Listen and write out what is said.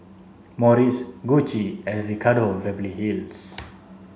Morries Gucci and Ricardo Beverly Hills